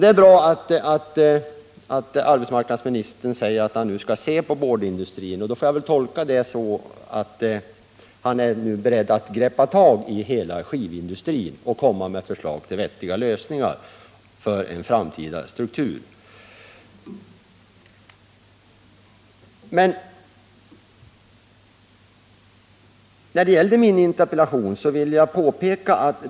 Det är bra att arbetsmarknadsministern säger att han nu skall se på boardindustrin. Jag får väl tolka det så, att han är beredd att greppa tag i hela skivindustrin och föreslå vettiga lösningar när det gäller den framtida strukturen.